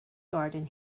garden